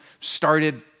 started